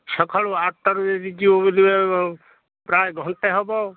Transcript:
ସକାଳୁ ଆଠଟାରୁ ଯଦି ଯିବ ବୁଲିବାକୁ ଆଉ ପ୍ରାୟ ଘଣ୍ଟେ ହେବ